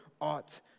ought